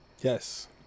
Yes